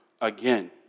again